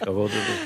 כבוד גדול.